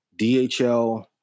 dhl